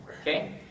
okay